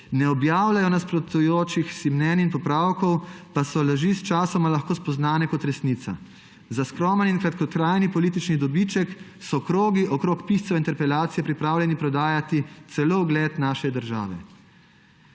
ne objavljajo nasprotujočih si mnenj in popravkov, pa so laži sčasoma lahko spoznane kot resnica. Za skromen in kratkotrajen politični dobiček so krogi okoli piscev interpelacije pripravljeni prodajati celo ugled naše države.«